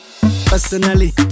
personally